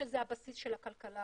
שזה הבסיס של הכלכלה